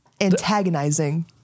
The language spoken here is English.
Antagonizing